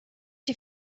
die